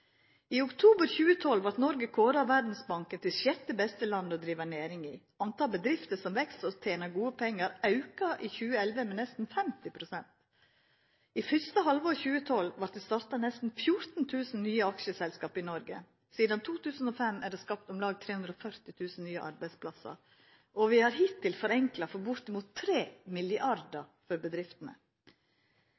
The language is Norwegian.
I oktober 2012 kåra Verdsbanken Noreg til det sjette beste landet å driva næring i. Talet på bedrifter som veks og tener gode pengar, auka i 2011 med nesten 50 pst. I første halvår 2012 vart det starta nesten 14 000 nye aksjeselskap i Noreg. Sidan 2005 er det skapt om lag 340 000 nye arbeidsplassar. Vi har hittil forenkla for